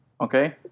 Okay